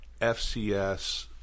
FCS